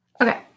okay